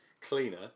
cleaner